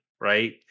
right